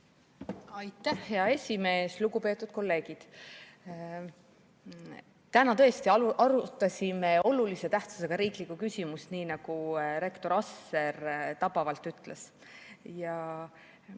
Aitäh, hea esimees! Lugupeetud kolleegid! Täna tõesti arutasime olulise tähtsusega riiklikku küsimust, nii nagu rektor Asser tabavalt ütles. Mulle